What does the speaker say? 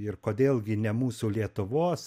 ir kodėl gi ne mūsų lietuvos